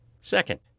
Second